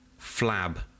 Flab